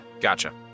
Gotcha